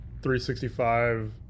365